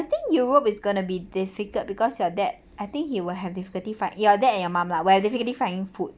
I think europe is going to be difficult because your dad I think he will have difficulty find your dad and your mum lah where they have difficulty finding food